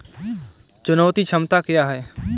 चुकौती क्षमता क्या है?